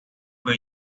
were